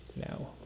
now